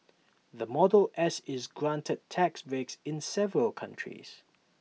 the model S is granted tax breaks in several countries